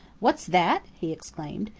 what's that? he exclaimed.